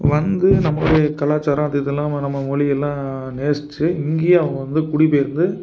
வந்து நம்மளுடைய கலாச்சாரம் அது இல்லாமல் நம்ம மொழியெல்லாம் நேசிச்சு இங்கேயே அவங்க வந்து குடிப்பெயர்ந்து